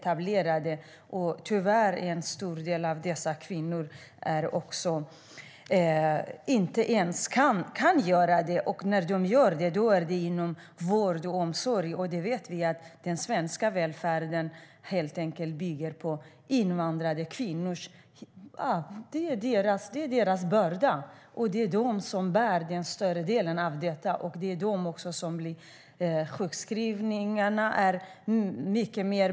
Tyvärr kan en stor del av dessa kvinnor inte etablera sig, och när de gör det så är det inom vård och omsorg. Vi vet att den svenska välfärden bygger på den börda invandrade kvinnor bär. De bär upp större delen av vården och omsorgen. Det är fler sjukskrivningar bland dem.